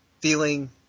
feeling